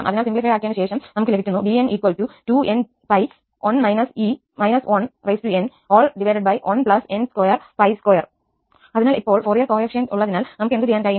അതിനാൽ സിംപ്ലിഫൈഡ് ആക്കിയതിനുശേഷം നമുക്ക് ലഭിക്കുന്നു 𝑏𝑛 2nπ1 en1n22 അതിനാൽ ഇപ്പോൾ ഫൊറിയർ ഗുണകങ്ങൾ ഉള്ളതിനാൽ നമുക്ക് എന്തുചെയ്യാൻ കഴിയും